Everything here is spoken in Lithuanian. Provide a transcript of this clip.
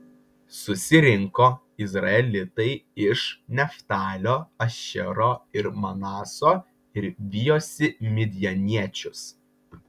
susirinko izraelitai iš neftalio ašero ir manaso ir vijosi midjaniečius